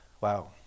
Wow